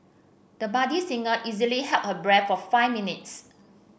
the budding singer easily held her breath for five minutes